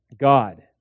God